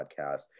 podcast